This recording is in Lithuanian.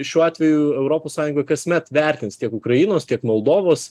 šiuo atveju europos sąjunga kasmet vertins tiek ukrainos tiek moldovos